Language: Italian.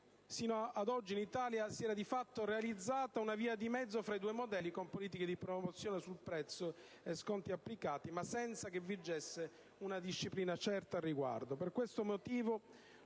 Sino ad oggi in Italia si era di fatto realizzata una via di mezzo tra i due modelli, con politiche di promozione sul prezzo e sconti applicati, ma senza che vigesse una disciplina certa al riguardo.